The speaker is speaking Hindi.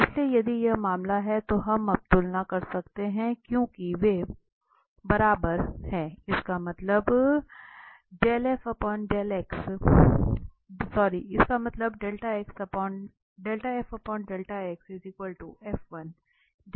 इसलिए यदि यह मामला है तो हम अब तुलना कर सकते हैं क्योंकि ये बराबर हैं इसका मतलब और है